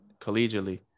collegially